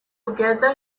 together